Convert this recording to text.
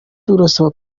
turasaba